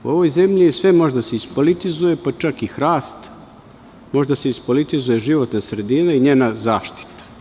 U ovoj zemlji sve može da se ispolitizuje, pa čak i hrast, može da se ispolitizuje životna sredina i njena zaštita.